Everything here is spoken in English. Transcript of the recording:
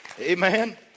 Amen